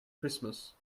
christmas